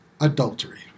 adultery